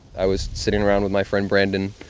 i was sitting around with my friend brandon,